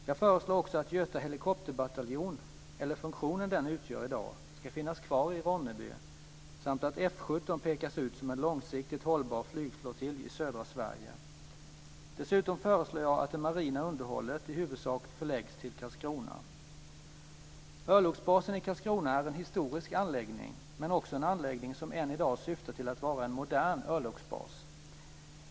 Jag föreslår också att Göta helikopterbataljon, eller funktionen den utgör i dag, ska finnas kvar i Ronneby samt att F 17 pekas ut som en långsiktigt hållbar flygflottilj i södra Sverige. Dessutom föreslår jag att det marina underhållet i huvudsak förläggs till Karlskrona. Örlogsbasen i Karlskrona är en historisk anläggning men också en anläggning som än i dag syftar till att vara en modern örlogsbas.